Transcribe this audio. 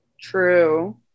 true